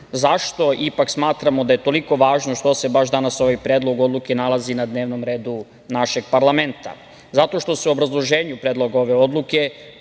Zašto ipak smatramo da je toliko važno što se baš danas ovaj predlog odluke nalazi na dnevnom redu našeg parlamenta? Zato što se u obrazloženju predloga ove odluke